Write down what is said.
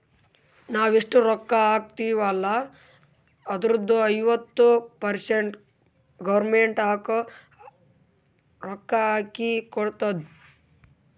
ನಾವ್ ಎಷ್ಟ ರೊಕ್ಕಾ ಹಾಕ್ತಿವ್ ಅಲ್ಲ ಅದುರ್ದು ಐವತ್ತ ಪರ್ಸೆಂಟ್ ಗೌರ್ಮೆಂಟ್ ರೊಕ್ಕಾ ಹಾಕಿ ಕೊಡ್ತುದ್